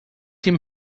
him